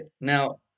Now